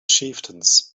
chieftains